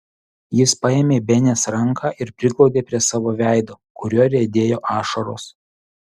jis paėmė benės ranką ir priglaudė prie savo veido kuriuo riedėjo ašaros